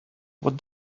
what